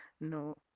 No